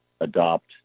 adopt